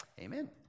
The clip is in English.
Amen